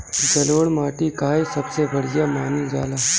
जलोड़ माटी काहे सबसे बढ़िया मानल जाला?